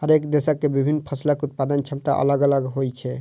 हरेक देशक के विभिन्न फसलक उत्पादन क्षमता अलग अलग होइ छै